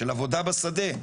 של עבודה בשדה.